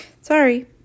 sorry